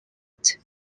out